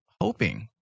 hoping